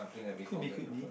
could be could be